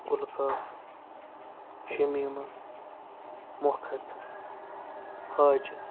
گُلہٕ کاک شمیٖمہٕ مۄکھت حاجہِ